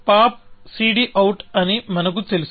pop cd out అని మనకు తెలుసు